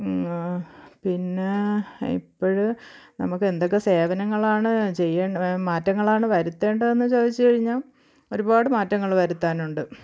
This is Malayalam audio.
പിന്നെ ഇപ്പഴ് നമുക്ക് എന്തൊക്കെ സേവനങ്ങളാണ് ചെയ്യേണ്ടത് മാറ്റങ്ങളാണ് വരുത്തേണ്ടതെന്ന് ചോദിച്ചു കഴിഞ്ഞാൽ ഒരുപാട് മാറ്റങ്ങൾ വരുത്താനുണ്ട്